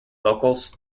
locals